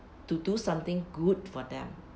to do something good for them